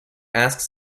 asks